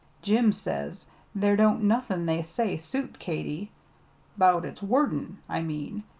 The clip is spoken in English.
jim says there don't nothin' they say suit katy bout its wordin, i mean.